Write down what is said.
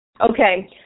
Okay